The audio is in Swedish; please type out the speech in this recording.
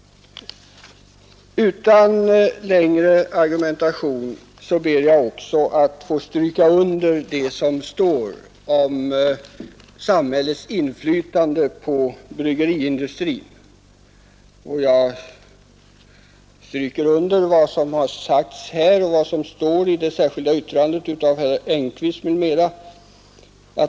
Utan någon längre argumentation ber jag också att få stryka under vad som står i det särskilda yttrandet av herr Engkvist m.fl. om samhällets inflytande på bryggeriindustrin.